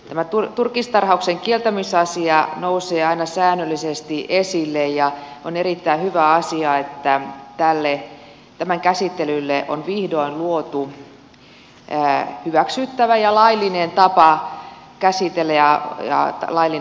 tämä turkistarhauksen kieltämisasia nousee aina säännöllisesti esille ja on erittäin hyvä asia että tämän käsittelylle on vihdoin luotu hyväksyttävä ja laillinen tapa käsitellä ja laillinen kanava